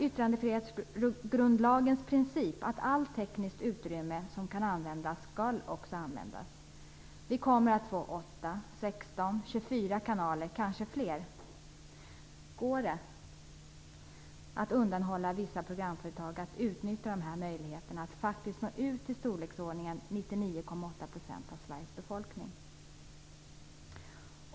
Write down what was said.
Yttrandefrihetsgrundlagens princip är att allt tekniskt utrymme som kan användas också skall användas. Vi kommer att få 8, 16 eller 24 kanaler, kanske fler. Går det att undanhålla vissa programföretag från att utnyttja denna möjlighet att faktiskt nå ut till i storleksordningen 99,8 % av Sveriges befolkning?